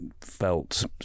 felt